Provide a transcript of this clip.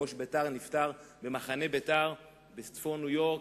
ראש בית"ר נפטר במחנה בית"ר בצפון ניו-יורק